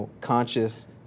conscious